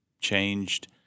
changed